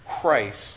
Christ